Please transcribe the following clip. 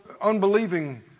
unbelieving